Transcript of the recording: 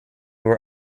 were